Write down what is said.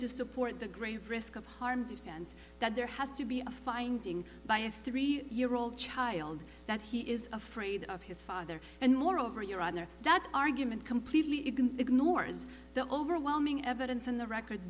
to support the grave risk of harm defense that there has to be a finding by a three year old child that he is afraid of his father and moreover your honor that argument completely ignores the overwhelming evidence in the record